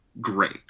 great